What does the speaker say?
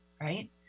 Right